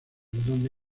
donde